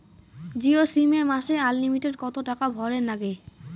Jio SIM এ মাসে unlimited কত টাকা ভরের নাগে?